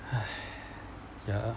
!hais! ya